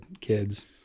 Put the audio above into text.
kids